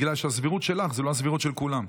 בגלל שהסבירות שלך זה לא הסבירות של כולם.